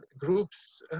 groups